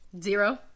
Zero